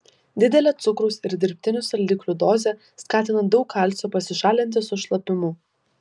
didelė cukraus ir dirbtinių saldiklių dozė skatina daug kalcio pasišalinti su šlapimu